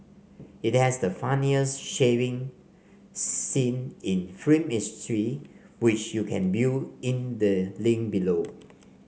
it has the funniest shaving scene in film history which you can view in the link below